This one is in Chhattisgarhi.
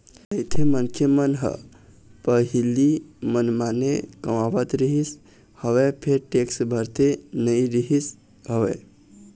नइते मनखे मन ह पहिली मनमाने कमावत रिहिस हवय फेर टेक्स भरते नइ रिहिस हवय